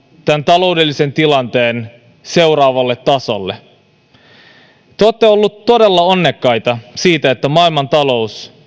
tämän taloudellisen tilanteen seuraavalle tasolle te olette olleet todella onnekkaita siinä että maailmantalous